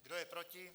Kdo je proti?